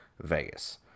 Vegas